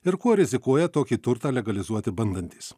ir kuo rizikuoja tokį turtą legalizuoti bandantys